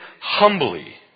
humbly